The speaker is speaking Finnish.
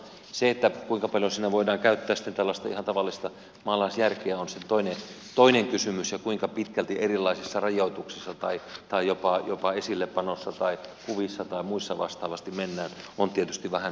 se kuinka paljon siinä voidaan käyttää tällaista ihan tavallista maalaisjärkeä on sitten toinen kysymys ja kuinka pitkälti erilaisissa rajoituksissa jopa esillepanossa tai kuvissa tai muissa vastaavasti mennään on tietysti vähän sitten oma ajan ilmiö